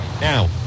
Now